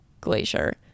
Glacier